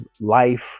life